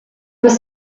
was